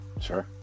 sure